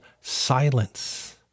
silence